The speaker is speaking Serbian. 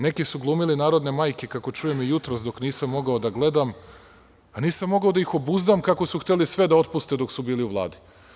Neki su glumili narodne majke, kako čujem jutros dok nisam mogao da gledam, a nisam mogao da ih obuzdam kako su hteli sve da otpuste dok su bili u Vladi.